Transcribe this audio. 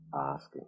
asking